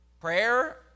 Prayer